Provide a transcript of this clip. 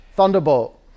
Thunderbolt